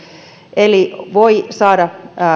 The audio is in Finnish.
eli voi saada